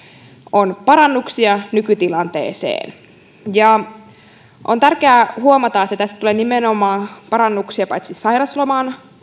on parannuksia nykytilanteeseen on tärkeää huomata että tässä tulee nimenomaan parannuksia paitsi sairausloman